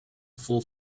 full